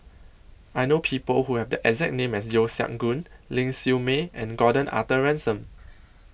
I know People Who Have The exact name as Yeo Siak Goon Ling Siew May and Gordon Arthur Ransome